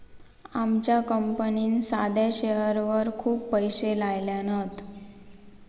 आमच्या कंपनीन साध्या शेअरवर खूप पैशे लायल्यान हत